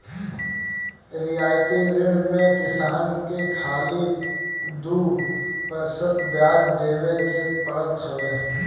रियायती ऋण में किसान के खाली दू प्रतिशत बियाज देवे के पड़त हवे